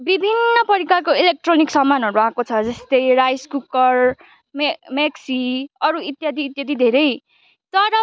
विभिन्न परिकारको इलेकट्रोनिक सामानहरू आएको छ जस्तै राइस कुकर मेक मिक्सि अरू इत्यादि इत्यादि धेरै तर